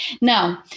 Now